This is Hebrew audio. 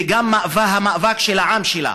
וגם המאבק של העם שלה.